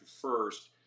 first